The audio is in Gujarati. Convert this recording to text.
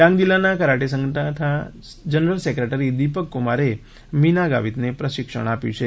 ડાંગ જીલ્લાના કરાટે સંગઠનના જનરલ સેક્રેટરી દીપકકુમારે મીના ગાવીતને પ્રશિક્ષણ આપ્યું છે